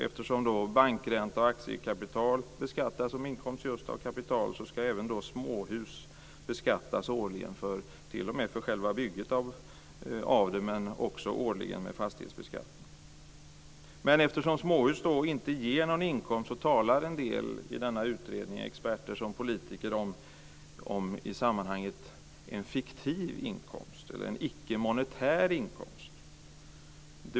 Eftersom bankränta och aktier beskattas som inkomst av kapital ska även småhus beskattas årligen genom fastighetsbeskattningen. Även byggande av småhus beskattas. Eftersom småhus inte ger någon inkomst talar en del experter i utredningen om en fiktiv inkomst, en icke-monetär inkomst.